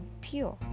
pure